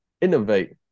innovate